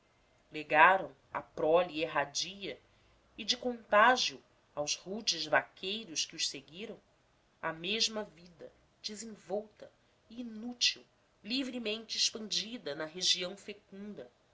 legaram à prole erradia e de contágio aos rudes vaqueiros que os seguiram a mesma vida desenvolta e inútil livremente expandida na região fecunda